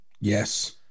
Yes